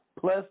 plus